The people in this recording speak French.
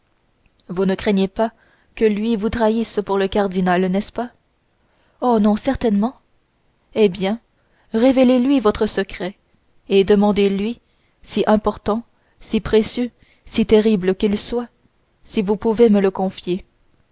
vous ne craignez pas que lui vous trahisse pour le cardinal n'est-ce pas oh non certainement eh bien révélez lui votre secret et demandez-lui si important si précieux si terrible qu'il soit si vous pouvez me le confier